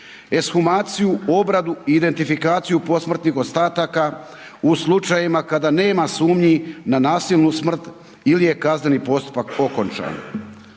ekshumaciju, obradu i identifikaciju posmrtnih ostataka u slučajevima kada nema sumnji na nasilnu smrt ili je kazneni postupak okončan,